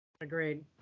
agreed